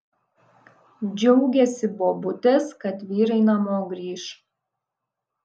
džiaugėsi bobutės kad vyrai namo grįš